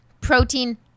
protein